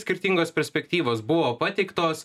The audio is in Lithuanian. skirtingos perspektyvos buvo pateiktos